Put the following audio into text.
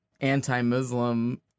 anti-Muslim